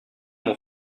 mon